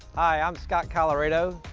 i'm scott colleredo,